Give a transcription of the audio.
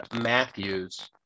Matthews